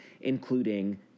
including